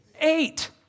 Eight